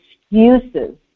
excuses